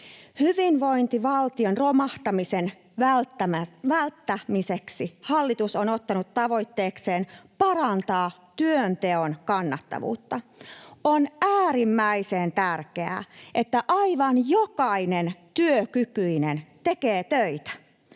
Hyvinvointivaltion romahtamisen välttämiseksi hallitus on ottanut tavoitteekseen parantaa työnteon kannattavuutta. On äärimmäisen tärkeää, että aivan jokainen työkykyinen tekee töitä.